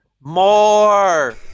More